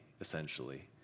essentially